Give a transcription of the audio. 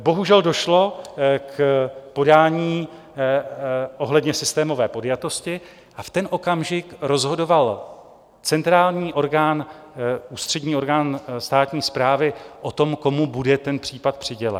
Bohužel, došlo k podání ohledně systémové podjatosti a v ten okamžik rozhodoval centrální orgán, ústřední orgán státní správy o tom, komu bude ten případ přidělen.